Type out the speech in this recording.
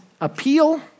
appeal